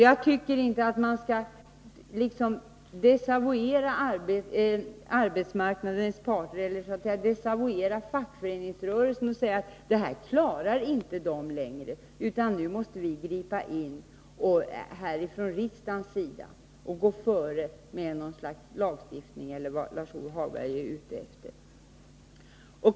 Jag tycker inte att man skall desavouera fackföreningsrörelsen och säga att den inte längre klarar uppgiften, utan nu måste vi gripa in från riksdagens sida och gå före med något slags lagstiftning eller vad det nu var som Lars-Ove Hagberg var ute efter.